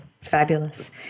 Fabulous